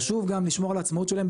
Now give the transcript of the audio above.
חשוב לשמור על העצמאות שלהם.